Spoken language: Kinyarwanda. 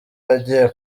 agiye